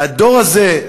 והדור הזה,